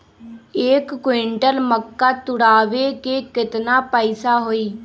एक क्विंटल मक्का तुरावे के केतना पैसा होई?